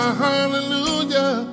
hallelujah